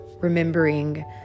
remembering